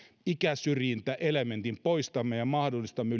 ikäsyrjintäelementin poistamme ja mahdollistamme